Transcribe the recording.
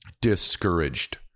Discouraged